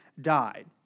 died